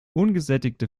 ungesättigte